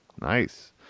Nice